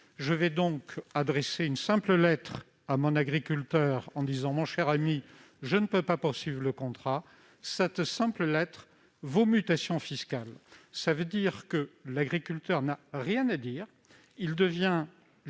l'exploitation, j'adresse une simple lettre à mon agriculteur, en lui disant « Cher ami, je ne peux pas poursuivre le contrat », cette simple lettre vaut mutation fiscale.